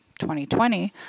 2020